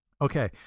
Okay